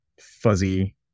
fuzzy